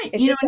Right